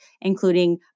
including